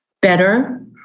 better